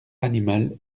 animal